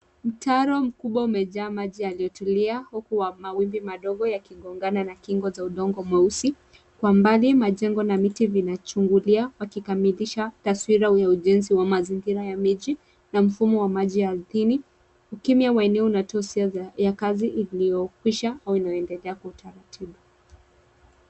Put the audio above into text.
Mtaro mkubwa umejaa maji yaliyotulia huku mawimbi madogo yakigongana na kingo za udongo mweusi, kwa mbali majengo na miti vinachungulia wakikamilisha taswira ya ujenzi wa mazingira ya miji na mfumo wa maji ya ardhini. Ukimya ya eneo unatoa hisia vya kazi iliyokwisha au inayoendelea kwa utaratibu.